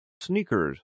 Sneakers